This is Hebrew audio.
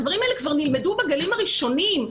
הדברים האלה כבר נלמדו בגלים הראשונים.